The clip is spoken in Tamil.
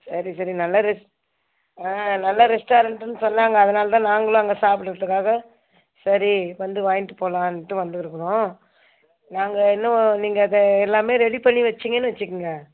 சரி சரி நல்ல ரெஸ் ஆ நல்ல ரெஸ்டாரண்ட்டுன்னு சொன்னாங்க அதனால் தான் நாங்களும் அங்கே சாப்பிட்றதுக்காக சரி வந்து வாங்கிட்டு போகலான்ட்டு வந்துருக்கிறோம் நாங்கள் இன்னும் நீங்கள் அதை எல்லாமே ரெடி பண்ணி வெச்சீங்கன்னு வெச்சிக்குங்க